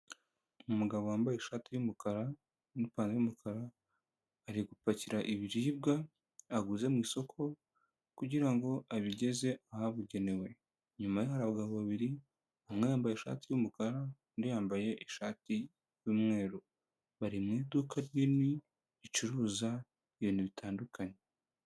Umugabo wambaye ishati y'umukara n'ipantaro y'umukara ari gupakira ibiribwa aguze mu isoko kugira ngo abigeze ahabugenewe. Inyuma ye hari abagabo babiri, umwe yambaye ishati y'umukara undi yambaye ishati y'umweru. Bari mu iduka rinini ricuruza ibintu bitandukanye.